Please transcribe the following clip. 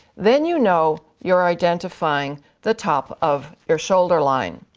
then you know you're identifying the top of your shoulder line.